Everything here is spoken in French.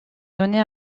données